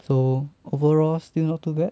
so overall still not too bad